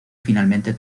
finalmente